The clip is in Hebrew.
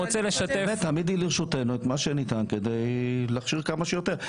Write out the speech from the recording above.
תעמידי לרשותנו את מה שניתן כדי להכשיר כמה שיותר.